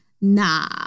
Nah